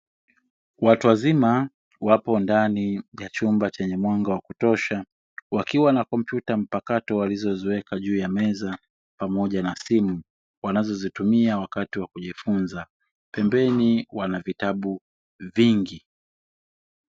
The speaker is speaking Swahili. Watu wazima wapo ndani ya chumba chenye mwanga wa kutosha, wakiwa na kompyuta mpakato walizoziweka juu ya meza pamoja na simu, wanazozitumia wakati wa kujifunza pembeni wana vitabu vingi.